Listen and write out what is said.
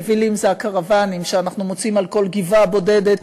יבילים זה הקרוונים שאנחנו מוצאים על כל גבעה בודדת